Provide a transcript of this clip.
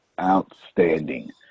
Outstanding